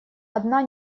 одна